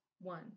One